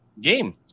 Game